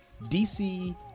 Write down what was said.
DC